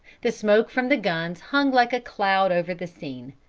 the smoke from the guns hung like a cloud over the scene.